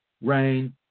rain